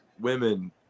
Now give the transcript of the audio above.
women